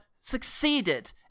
succeeded